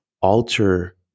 alter